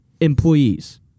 employees